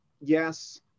yes